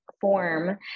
form